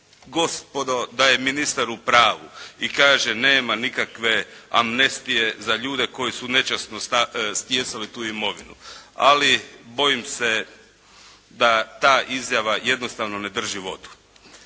gospodo, da je ministar u pravu i kaže, nema nikakve amnestije za ljude koji su nečasno stjecali tu imovinu ali bojim se da ta izjava jednostavno ne drži vodu.